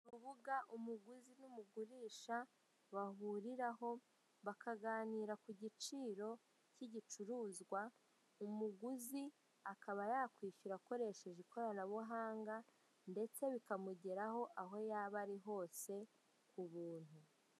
Urubuga umuguzi n'umugurisha bahuriraho, bakaganira ku giciro cy'igicuruzwa; umuguzi akaba yakwishyura akoresheje ikoranabuhanga ndetse bikamugeraho aho yaba ari hose ku buntu.